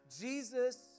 Jesus